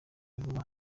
vuba